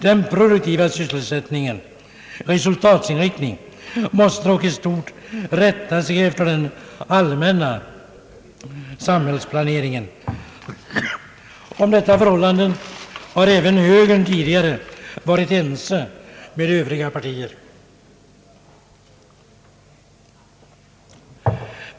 Den produktiva sysselsättningens resultatinriktning måste dock i stort rätta sig efter den allmänna samhällsplaneringen. Om detta förhållande har även högern tidigare varit ense med övriga partier.